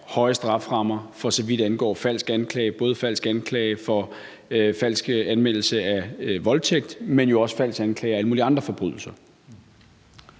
høje strafferammer, for så vidt angår både falsk anmeldelse for voldtægt, men jo også for falske anklager om alle mulige andre forbrydelser.